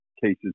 cases